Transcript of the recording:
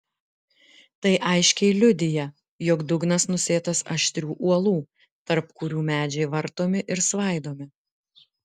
tai aiškiai liudija jog dugnas nusėtas aštrių uolų tarp kurių medžiai vartomi ir svaidomi